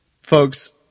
folks